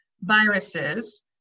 viruses